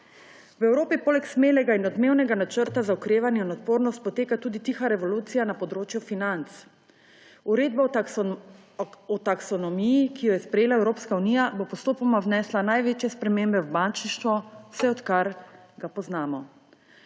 V Evropi poleg smelega in odmevnega Načrta za okrevanje in odpornost potega tudi tiha revolucija na področju financ. Uredba o taksonomiji, ki jo je sprejela Evropska unija, bo postopoma vnesla največje spremembe v bančništvo, vse odkar ga poznamo.